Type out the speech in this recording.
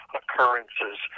occurrences